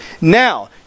Now